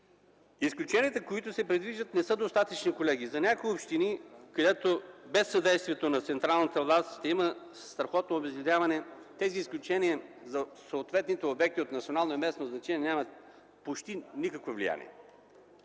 Изключенията, които се предвиждат, не са достатъчни, колеги. За някои общини, където без съдействието на централната власт ще има страхотно обезлюдяване, тези изключения за съответните обекти от национално и местно значение нямат почти никакво влияние,